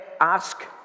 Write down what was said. ask